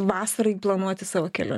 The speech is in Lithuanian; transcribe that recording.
vasarai planuoti savo keliu